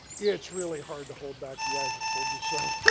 it's really hard to hold back, the i told you so.